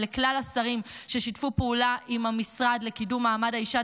ולכלל השרים ששיתפו פעולה עם המשרד לקידום מעמד האישה,